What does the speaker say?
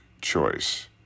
choice